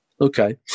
Okay